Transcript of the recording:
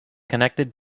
connected